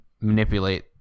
manipulate